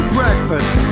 breakfast